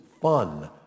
fun